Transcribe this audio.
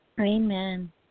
Amen